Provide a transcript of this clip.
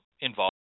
involved